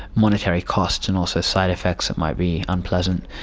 monetary costs and also side-effects that might be unpleasant.